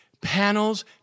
panels